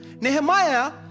Nehemiah